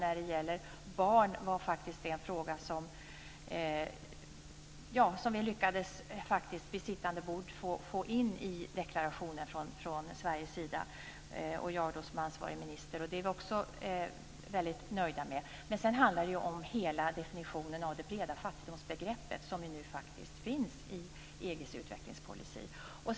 Frågan om barnen lyckades jag som ansvarig minister faktiskt vid sittande bord från Sveriges sida få in i deklarationen. Det är vi väldigt nöjda med. Det handlar vidare om hela definitionen av fattigdomsbegreppet, som nu faktiskt finns med i EG:s utvecklingspolicy.